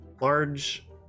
large